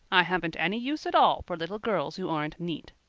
i haven't any use at all for little girls who aren't neat.